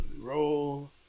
Roll